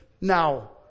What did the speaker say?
Now